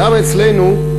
למה אצלנו,